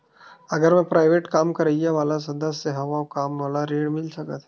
अगर मैं प्राइवेट काम करइया वाला सदस्य हावव का मोला ऋण मिल सकथे?